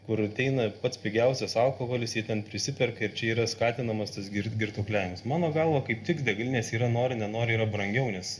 kur ateina pats pigiausias alkoholis jie ten prisiperka ir čia yra skatinamas tas girdi girtuokliavimas mano galva kaip tik degalinėse yra nori nenori yra brangiau nes